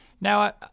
Now